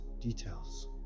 details